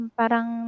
parang